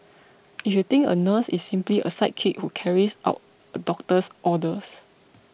if you think a nurse is simply a sidekick who carries out a doctor's orders